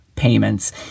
payments